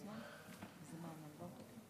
ואוסיף כמה דברים אישיים שלי בסוף הדברים